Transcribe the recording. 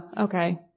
okay